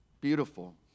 Beautiful